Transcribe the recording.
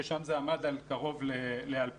שם זה עמד על קרוב ל-2,000.